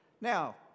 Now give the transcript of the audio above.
Now